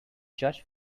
judge